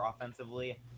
offensively